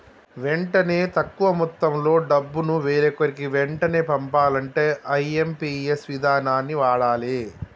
వెంటనే తక్కువ మొత్తంలో డబ్బును వేరొకరికి వెంటనే పంపాలంటే ఐ.ఎమ్.పి.ఎస్ ఇదానాన్ని వాడాలే